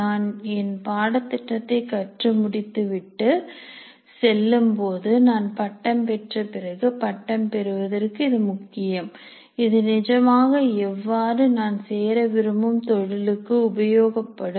நான் என் பாடத்திட்டத்தை கற்று முடித்துவிட்டு செல்லும்போது நான் பட்டம் பெற்றபிறகு பட்டம் பெறுவதற்கு இது முக்கியம் இது நிஜமாக எவ்வாறு நான் சேர விரும்பும் தொழிலுக்கு உபயோகப்படும்